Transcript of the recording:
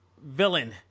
villain